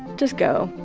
just go.